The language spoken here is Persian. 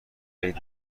عید